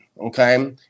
Okay